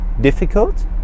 difficult